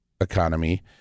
economy